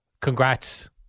congrats